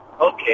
okay